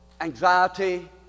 anxiety